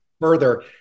Further